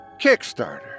Kickstarter